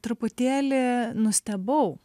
truputėlį nustebau